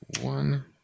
one